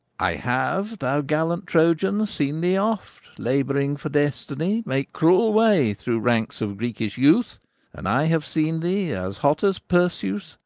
i have, thou gallant troyan, seen thee oft, labouring for destiny, make cruel way through ranks of greekish youth and i have seen thee, as hot as perseus,